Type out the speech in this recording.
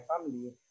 family